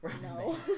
No